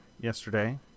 yesterday